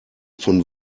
von